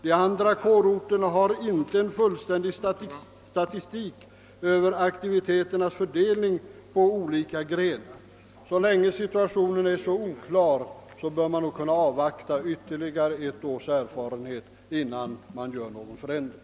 De andra kårorterna har inte en fullständig statistik över aktiviteternas fördelning på olika grenar. Så länge situationen är så oklar bör man nog kunna avvakta ytterligare ett års erfarenheter innan man gör någon förändring.